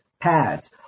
pads